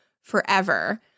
forever